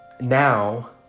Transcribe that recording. Now